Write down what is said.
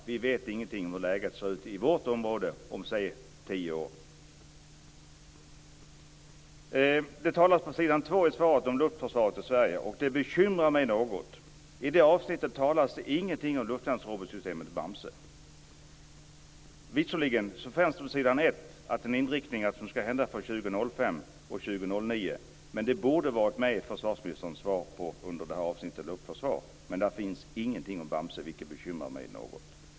Vi vet ingenting om hur läget ser ut i vårt område om säg tio år. Det står på s. 2 i svaret om luftförsvaret och Sverige. Det bekymrar mig något att det i det avsnittet inte står någonting om luftvärnsrobotsystemet Bamse. Visserligen nämns på s. 1 inriktningen från 2005 och 2009, men det borde ha funnits med under avsnittet om luftförsvar i försvarsministerns svar. Där finns ingenting om Bamse, vilket bekymrar mig något.